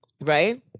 right